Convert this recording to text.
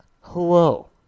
hello